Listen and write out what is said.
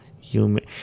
human